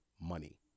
Money